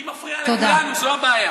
היא מפריעה לכולנו, זו הבעיה.